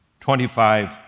Twenty-five